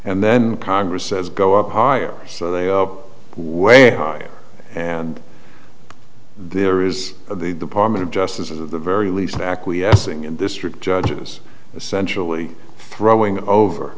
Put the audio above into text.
and then congress says go up higher so they are way high and there is the department of justice of the very least acquiescing in this strip judges essentially throwing over